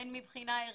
הן מבחינה ערכית,